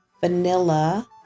vanilla